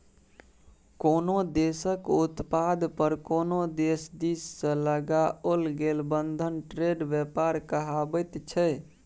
कोनो देशक उत्पाद पर कोनो देश दिससँ लगाओल गेल बंधन ट्रेड व्यापार कहाबैत छै